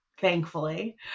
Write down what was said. thankfully